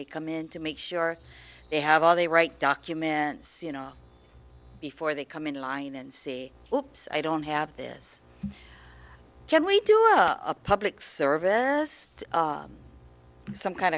they come in to make sure they have all the right documents you know before they come in line and see hopes i don't have this can we do up public service some kind